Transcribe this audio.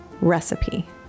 recipe